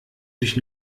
dich